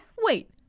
Wait